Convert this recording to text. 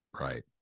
Right